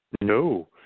No